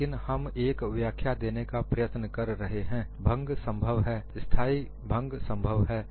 लेकिन हम एक व्याख्या देने का प्रयत्न कर रहे हैं भंग संभव है स्थाई भंग संभव है